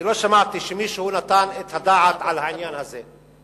לא שמעתי שמישהו נתן את הדעת על העניין הזה.